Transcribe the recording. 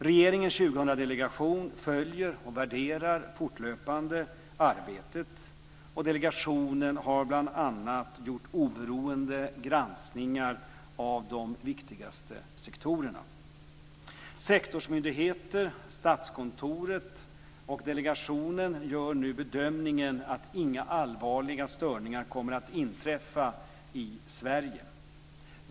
Regeringens 2000 delegation följer och utvärderar fortlöpande arbetet, och delegationen har bl.a. gjort oberoende granskningar av de viktigaste sektorerna. Sektorsmyndigheter, Statskontoret och delegationen gör nu bedömningen att inga allvarliga störningar kommer att inträffa i Sverige.